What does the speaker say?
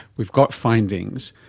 we've got findings,